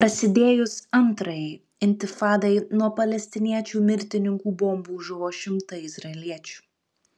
prasidėjus antrajai intifadai nuo palestiniečių mirtininkų bombų žuvo šimtai izraeliečių